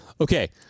okay